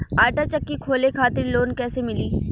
आटा चक्की खोले खातिर लोन कैसे मिली?